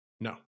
No